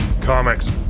comics